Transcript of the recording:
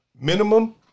minimum